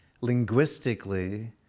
linguistically